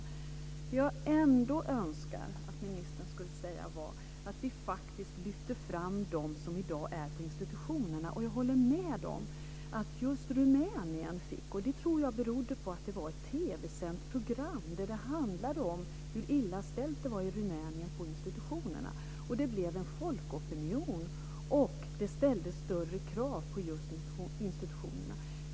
Det som jag ändå önskar är att ministern faktiskt skulle lyfta fram dem som i dag är på institutionerna. Jag håller med om att just Rumänien fick krav på sig. Jag tror att det berodde på att det var ett TV-sänt program som handlade om hur illa ställt det var i Rumänien på institutionerna. Det blev en folkopinion, och det ställdes högre krav på just institutionerna.